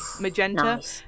magenta